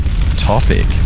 topic